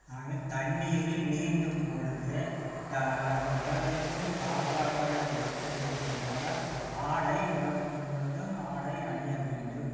நாங்கள் தண்ணீரில் நீந்தும் பொழுது தா உடலுக்கு பாதுகாப்பாக இருக்க வேண்டுமென்றால் ஆடை உடம்பு முழுதும் ஆடை அணிய வேண்டும்